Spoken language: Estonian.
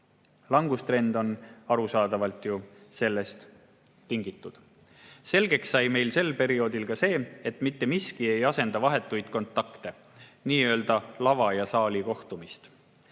langustrend on arusaadavalt ju sellest tingitud. Selgeks sai meile sel perioodil ka see, et mitte miski ei asenda vahetuid kontakte, nii-öelda lava ja saali kohtumist.